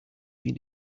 been